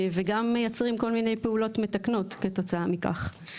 וגם מייצרים כל מיני פעולות מתקנות כתוצאה מכך.